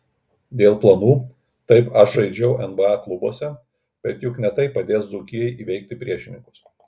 dėl planų taip aš žaidžiau nba klubuose bet juk ne tai padės dzūkijai įveikti priešininkus